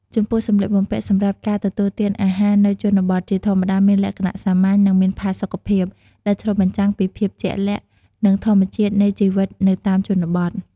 ចំពោះសំលៀកបំពាក់សម្រាប់ការទទួលទានអាហារនៅជនបទ ជាធម្មតាមានលក្ខណៈសាមញ្ញ និងមានផាសុកភាព ដែលឆ្លុះបញ្ចាំងពីភាពជាក់ស្តែង និងធម្មជាតិនៃជីវិតនៅតាមជនបទ។